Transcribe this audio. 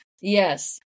Yes